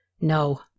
No